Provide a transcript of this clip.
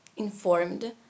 informed